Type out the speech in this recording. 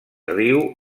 riu